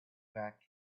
back